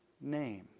name